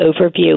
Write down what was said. overview